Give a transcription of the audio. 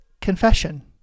confession